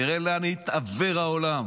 תראה לאן התעוור העולם.